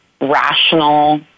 rational